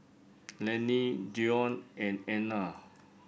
Lanie Deion and Ana